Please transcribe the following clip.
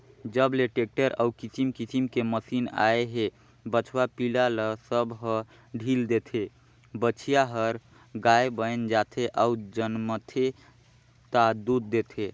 जब ले टेक्टर अउ किसम किसम के मसीन आए हे बछवा पिला ल सब ह ढ़ील देथे, बछिया हर गाय बयन जाथे अउ जनमथे ता दूद देथे